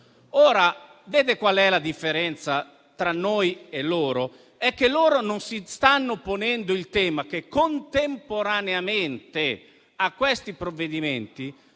Ora, vede qual è la differenza tra noi e loro? È che loro non si stanno ponendo il tema che, contemporaneamente a questi provvedimenti,